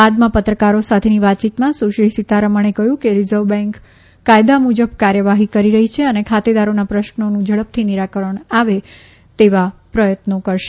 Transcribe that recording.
બાદમાં પત્રકારો સાથેની વાતચીતમાં સુશ્રી સીતારમણે કહ્યું કે રીઝર્વ બેન્ક કાયદા મુજબ કાર્યવાહી કરી રહી છે અને ખાતેદારોના પ્રશ્નોનું ઝડપથી નીરાકરણ આવે તેવા પ્રથત્નો કરશે